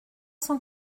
cent